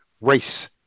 race